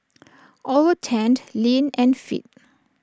all were tanned lean and fit